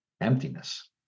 emptiness